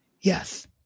Yes